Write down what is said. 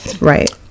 right